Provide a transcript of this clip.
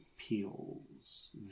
peels